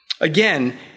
Again